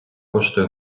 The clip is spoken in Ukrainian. коштує